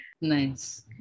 Nice